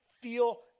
feel